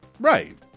Right